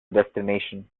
destination